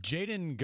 Jaden